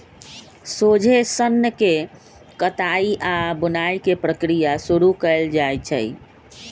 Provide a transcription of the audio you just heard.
सोझे सन्न के कताई आऽ बुनाई के प्रक्रिया शुरू कएल जाइ छइ